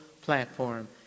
platform